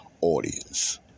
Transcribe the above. audience